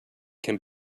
can